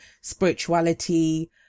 spirituality